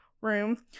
room